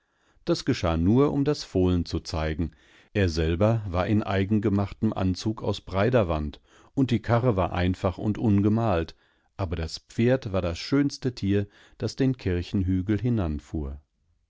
das geschah nur um das fohlen zu zeigen er selber war in eigengemachtem anzug aus beiderwand und die karre war einfach und ungemalt aber das pferd war das schönste tier das den kirchenhügel hinanfuhr